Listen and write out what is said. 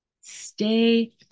Stay